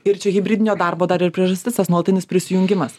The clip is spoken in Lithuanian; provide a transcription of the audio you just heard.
ir čia hibridinio darbo dar ir priežastis tas nuolatinis prisijungimas